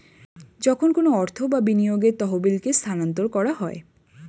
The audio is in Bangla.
যখন কোনো অর্থ বা বিনিয়োগের তহবিলকে স্থানান্তর করা হয়